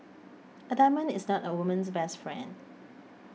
a diamond is not a woman's best friend